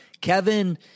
Kevin